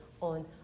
on